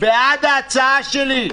בעד ההצעה שלי.